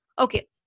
Okay